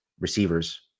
receivers